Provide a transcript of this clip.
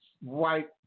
white